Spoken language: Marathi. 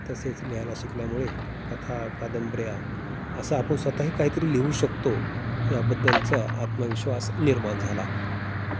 तसेच लिहायला शिकल्यामुळे कथा कादंबऱ्या असा आपण स्वतःही काहीतरी लिहू शकतो याबद्दलचा आत्मविश्वास निर्माण झाला